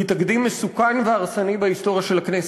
היא תקדים מסוכן והרסני בהיסטוריה של הכנסת.